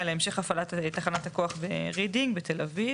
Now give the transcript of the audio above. להמשך הפעלת תחנת הכוח רידינג בתל אביב.